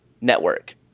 Network